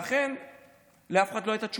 ואכן לאף אחד לא הייתה תשובה,